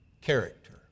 character